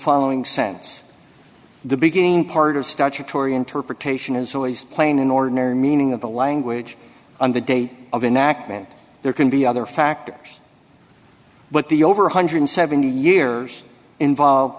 following sense the beginning part of statutory interpretation is always plain in ordinary meaning of the language and the date of enactment there can be other factors but the over one hundred and seventy years involve